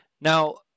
Now